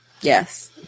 Yes